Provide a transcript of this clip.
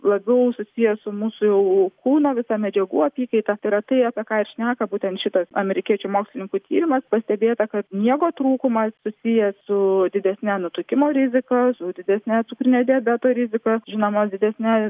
labiau susiję su mūsų jau kūno visa medžiagų apykaita tai yra tai apie ką šneka būtent šitas amerikiečių mokslininkų tyrimas pastebėta kad miego trūkumas susijęs su didesne nutukimo rizika su didesne cukrinio diabeto rizika žinoma didesne